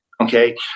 Okay